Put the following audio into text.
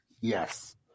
Yes